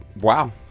Wow